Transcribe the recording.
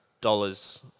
dollars